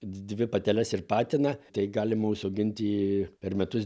dvi pateles ir patiną tai galima užsiauginti per metus